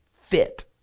fit